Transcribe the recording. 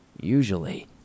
Usually